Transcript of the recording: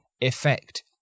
effect